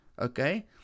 okay